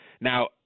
Now